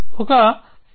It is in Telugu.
ఒక P